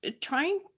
trying